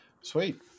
Sweet